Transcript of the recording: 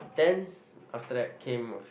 then after that came a few